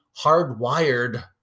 hardwired